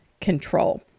control